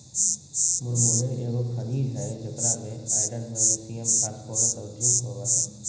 मुरमुरे एगो खनिज हइ जेकरा में आयरन, मैग्नीशियम, फास्फोरस और जिंक होबो हइ